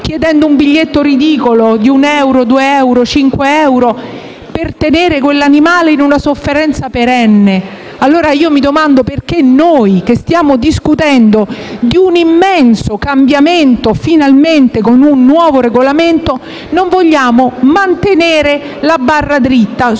chiedendo un biglietto ridicolo, di uno, due, cinque euro, per tenere quell'animale in una sofferenza perenne. Mi domando, allora, perché noi che stiamo discutendo di un immenso cambiamento, finalmente con un nuovo regolamento, non vogliamo mantenere la barra dritta su ciò